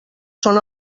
són